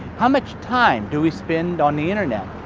how much time do we spend on the internet?